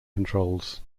controls